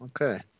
Okay